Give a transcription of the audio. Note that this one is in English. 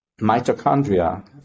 mitochondria